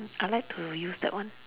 I like to use that one